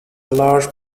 large